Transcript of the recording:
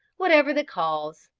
whatever the cause,